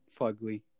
Fugly